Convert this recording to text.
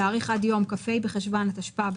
"להאריך עד יום כ"ה בחשוון התשפ"ב,